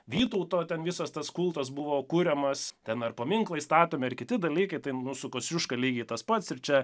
vytauto ten visas tas kultas buvo kuriamas ten ir paminklai statomi ir kiti dalykai tai nu su kosciuška lygiai tas pats ir čia